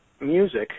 music